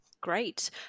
Great